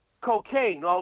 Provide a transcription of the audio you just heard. Cocaine